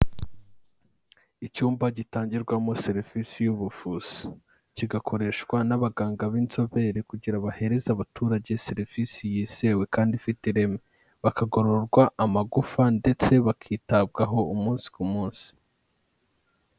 Icyumba gitangirwamo serivisi y'ubuvuzi. Kigakoreshwa n'abaganga b'inzobere kugira bahereze abaturage serivisi yizewe kandi ifite ireme. Bakagororerwa amagufa ndetse bakitabwaho umunsi ku munsi.